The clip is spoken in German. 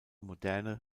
moderne